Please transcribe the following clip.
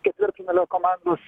ketvirtfinalio komandos